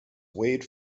waived